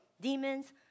demons